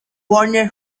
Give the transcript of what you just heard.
warner